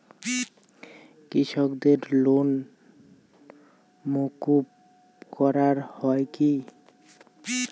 কৃষকদের লোন মুকুব করা হয় কি?